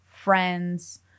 friends